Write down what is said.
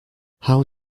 how